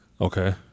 Okay